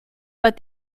but